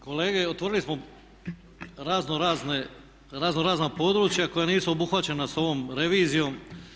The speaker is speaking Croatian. Kolege otvorili smo razno razna područja koja nisu obuhvaćena sa ovom revizijom.